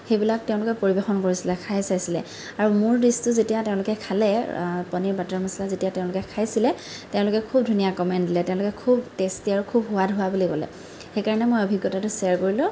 সেইবিলাক তেওঁলোকে পৰিৱেশন কৰিছিলে খাই চাইছিলে আৰু মোৰ ডিচটো যেতিয়া তেওঁলোকে খালে পনীৰ বাটাৰ মচলা যেতিয়া তেওঁলোকে খাইছিলে তেওঁলোকে খুব ধুনীয়া কমেন্ট দিলে তেওঁলোকে খুব টেষ্টি আৰু খুব সোৱাদ হোৱা বুলি ক'লে সেইকাৰণে মই অভিজ্ঞতাটো শ্বেয়াৰ কৰিলোঁ